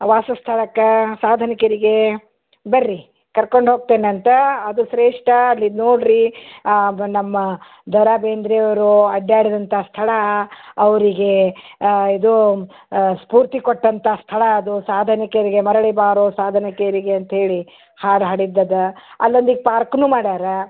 ವಾಸ ಸ್ಥಳಕ್ಕೆ ಸಾಧನ ಕೇರಿಗೆ ಬನ್ರಿ ಕರ್ಕೊಂಡು ಹೋಗ್ತೇನಂತೆ ಅದು ಶ್ರೇಷ್ಠ ಅಲ್ಲಿ ನೋಡಿರಿ ಅದು ನಮ್ಮ ದ ರಾ ಬೇಂದ್ರೆ ಅವರು ಅಡ್ಡಾಡಿದಂಥ ಸ್ಥಳ ಅವ್ರಿಗೆ ಇದು ಸ್ಫೂರ್ತಿ ಕೊಟ್ಟಂಥ ಸ್ಥಳ ಅದು ಸಾಧನ ಕೇರಿಗೆ ಮರಳಿ ಬಾರೋ ಸಾಧನ ಕೇರಿಗೆ ಅಂತೇಳಿ ಹಾಡು ಹಾಡಿದ್ದಿದೆ ಅಲ್ಲೊಂದು ಈಗ ಪಾರ್ಕ್ನು ಮಾಡ್ಯಾರೆ